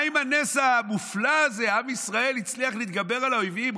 מה עם הנס המופלא הזה שעם ישראל הצליח להתגבר על האויבים,